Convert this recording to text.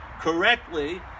correctly